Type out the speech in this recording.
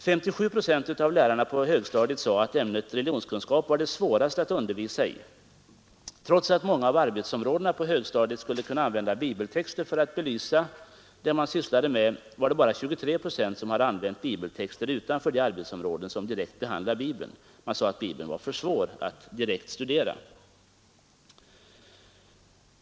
57 procent av lärarna på högstadiet sade att ämnet religionskunskap var det svåraste att undervisa i. Trots att man i många av arbetsområdena på högstadiet skulle kunna använda bibeltexter för att belysa det man sysslade med var det bara 23 procent som hade använt bibeltexter utanför de arbetsområden som direkt behandlar Bibeln. Man sade att Bibeln var för svår att direkt studera.